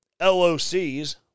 LOCs